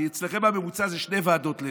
כי אצלכם הממוצע זה שתי ועדות.